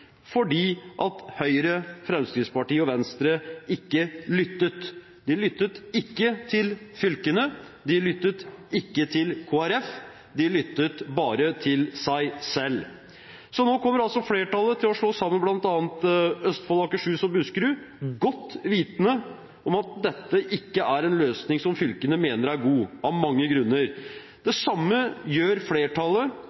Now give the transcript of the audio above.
fordi Høyre, Fremskrittspartiet og Venstre ikke lyttet. De lyttet ikke til fylkene, de lyttet ikke til Kristelig Folkeparti, de lyttet bare til seg selv. Så nå kommer altså flertallet til å slå sammen bl.a. Østfold, Akershus og Buskerud, godt vitende om at dette ikke er en løsning som fylkene mener er god, av mange grunner.